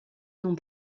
nom